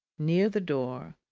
near the door,